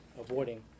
avoiding